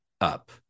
up